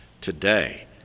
today